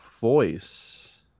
voice